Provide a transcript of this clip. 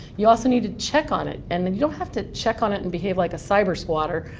you also need to check on it. and and you don't have to check on it and behave like a cybersquatter,